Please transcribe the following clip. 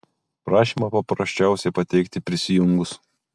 prašymą paprasčiausia pateikti prisijungus